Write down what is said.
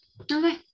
Okay